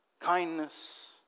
kindness